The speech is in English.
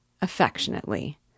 Affectionately